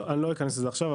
אני לא אכנס לזה עכשיו.